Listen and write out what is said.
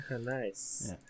Nice